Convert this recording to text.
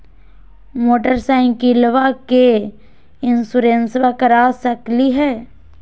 मोटरसाइकिलबा के भी इंसोरेंसबा करा सकलीय है?